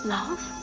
Love